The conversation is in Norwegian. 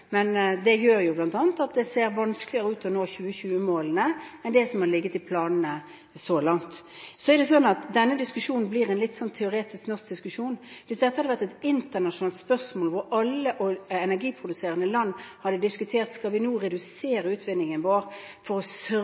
men det gjør bl.a. at det ser vanskeligere ut å nå 2020-målene enn det som har ligget i planene så langt. Så blir denne diskusjonen en litt teoretisk norsk diskusjon. Hvis dette hadde vært et internasjonalt spørsmål hvor alle energiproduserende land hadde diskutert om vi nå skal redusere utvinningen vår for å sørge